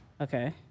Okay